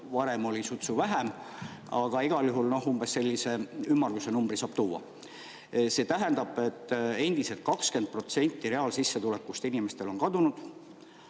varem oli sutsu vähem, aga igal juhul umbes sellise ümmarguse numbri saab tuua. See tähendab, et endiselt 20% reaalsissetulekust inimestel on kadunud.